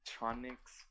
electronics